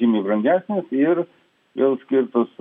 žymiai brangesnės ir jau skirtųs